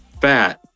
fat